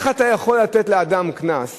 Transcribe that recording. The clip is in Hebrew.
איך אתה יכול לתת לאדם קנס